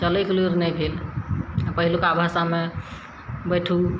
चलयके लुइर नहि भेल पहिलुका भाषामे बैठू